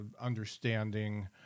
understanding